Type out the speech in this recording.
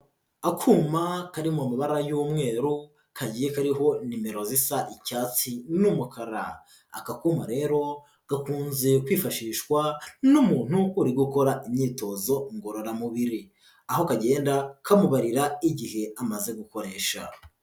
Akuma kari mu mabara y'umweru, kagiye kariho nimero zisa icyatsi n'umukara, aka kuma rero gakunze kwifashishwa n'umuntu uri gukora imyitozo ngororamubiri, aho kagenda kamubarira igihe amaze gukoresha.